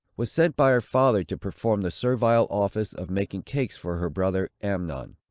was sent by her father to perform the servile office of making cakes for her brother amnon.